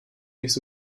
nicht